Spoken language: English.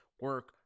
Work